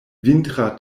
vintra